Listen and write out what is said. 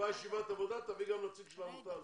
נקבע ישיבת עבודה ותביאי גם נציג של העמותה הזאת.